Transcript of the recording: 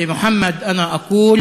(אומר בערבית: ולמוחמד אני אומר: